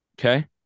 Okay